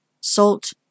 Salt